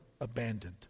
abandoned